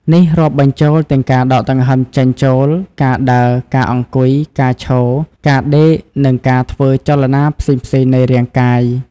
នេះរាប់បញ្ចូលទាំងការដកដង្ហើមចេញចូល ការដើរ ការអង្គុយ ការឈរ ការដេក និងការធ្វើចលនាផ្សេងៗនៃរាងកាយ។